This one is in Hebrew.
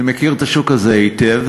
אני מכיר את השוק הזה היטב,